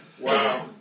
Wow